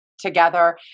together